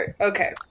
okay